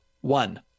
One